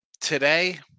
Today